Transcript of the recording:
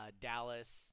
Dallas